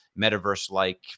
metaverse-like